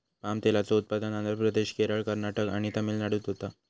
palm तेलाचा उत्पादन आंध्र प्रदेश, केरळ, कर्नाटक आणि तमिळनाडूत होता